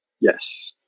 Yes